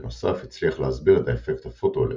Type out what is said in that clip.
בנוסף, הצליח להסביר את האפקט הפוטואלקטרי,